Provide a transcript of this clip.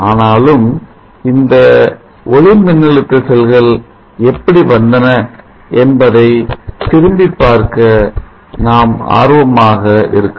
ஆனாலும் இந்த ஒளிமின்னழுத்த செல்கள் எவ்வாறு வந்தன என்பதை திரும்பிப் பார்ப்பதில் ஆர்வமாக இருக்கும்